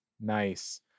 Nice